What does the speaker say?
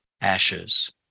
ashes